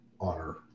honor